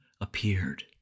appeared